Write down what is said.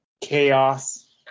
Chaos